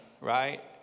right